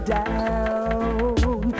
down